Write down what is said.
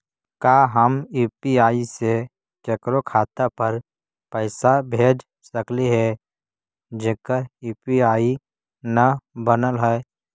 का हम यु.पी.आई से केकरो खाता पर पैसा भेज सकली हे जेकर यु.पी.आई न बनल है?